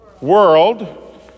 world